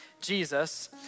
Jesus